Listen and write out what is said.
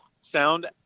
sound